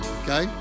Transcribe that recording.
okay